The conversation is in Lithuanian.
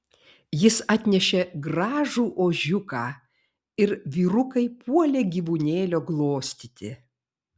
jis atnešė gražų ožiuką ir vyrukai puolė gyvūnėlio glostyti